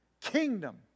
kingdom